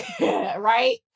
Right